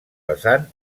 vessant